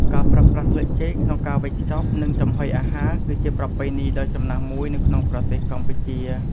ការប្រើប្រាស់ស្លឹកចេកក្នុងការវេចខ្ចប់ និងចំហុយអាហារ គឺជាប្រពៃណីដ៏ចំណាស់មួយនៅក្នុងប្រទេសកម្ពុជា។